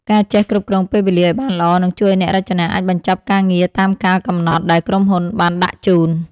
ការចេះគ្រប់គ្រងពេលវេលាឱ្យបានល្អនឹងជួយឱ្យអ្នករចនាអាចបញ្ចប់ការងារតាមកាលកំណត់ដែលក្រុមហ៊ុនបានដាក់ជូន។